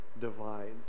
divides